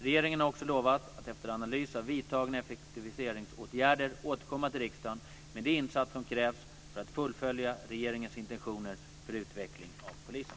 Regeringen har också lovat att efter analys av vidtagna effektiviseringsåtgärder återkomma till riksdagen med de insatser som krävs för att fullfölja regeringens intentioner för utveckling av polisen.